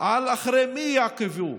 על אחרי מי יעקבו,